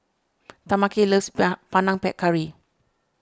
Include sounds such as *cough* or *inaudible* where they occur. Tameka loves *unintelligible* Panang Curry